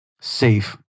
safe